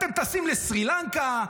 אתם טסים לסרי לנקה.